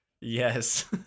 yes